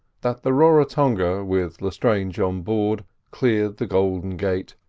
that the raratonga, with lestrange on board, cleared the golden gates,